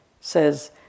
says